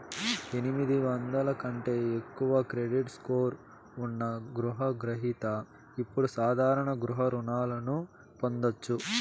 ఎనిమిది వందల కంటే ఎక్కువ క్రెడిట్ స్కోర్ ఉన్న రుణ గ్రహిత ఇప్పుడు సాధారణ గృహ రుణాలను పొందొచ్చు